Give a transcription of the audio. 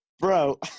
Bro